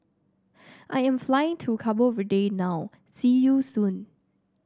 I am flying to Cabo Verde now see you soon